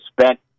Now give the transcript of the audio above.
spent